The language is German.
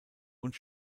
und